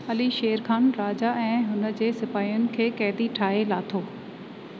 अली शेर ख़ान राजा ऐं हुन जे सिपाहियुनि खे क़ैदी ठाहे लाथो